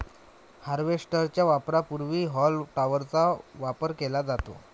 harvester च्या वापरापूर्वी haulm टॉपरचा वापर केला जातो